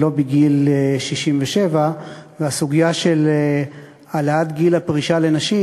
ולא בגיל 67. הסוגיה של העלאת גיל הפרישה לנשים